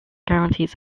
guarantees